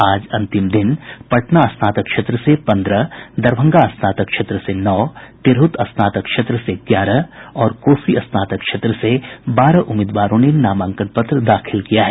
आज अंतिम दिन पटना स्नातक क्षेत्र से पन्द्रह दरभंगा स्नातक क्षेत्र से नौ तिरहुत स्नातक क्षेत्र से ग्यारह और कोसी स्नातक क्षेत्र से बारह उम्मीदवारों ने नामांकन पत्र दाखिल किया है